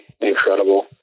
incredible